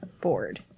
board